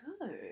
good